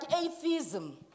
atheism